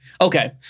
Okay